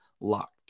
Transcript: LOCKED